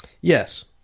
yes